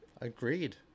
Agreed